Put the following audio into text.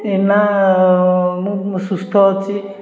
ନାଁ ମୁଁ ସୁସ୍ଥ ଅଛି